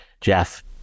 Jeff